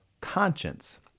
conscience